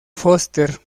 foster